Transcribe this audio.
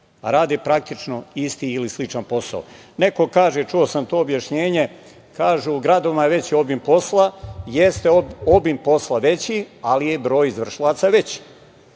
a radi praktično isti ili sličan posao. Neko kaže čuo sam to objašnjenje, kažu, u gradovima je veći obim posla. Jeste obim posla veći ali je i broj izvršilaca veći.